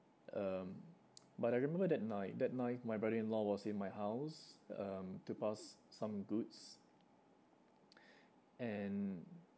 um but I remember that night that night my brother-in-law was in my house um to pass some goods and